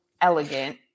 elegant